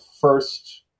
first